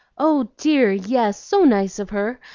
oh dear, yes, so nice of her!